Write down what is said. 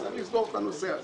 צריך לסגור את הנושא הזה,